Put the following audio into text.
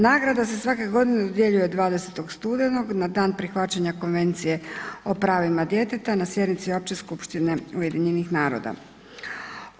Nagrada se svake godine dodjeljuje 20. studenog na dan prihvaćanja Konvencije o pravima djeteta na sjednici Opće skupštine UN-a.